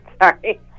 Sorry